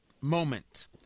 moment